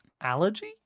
Allergy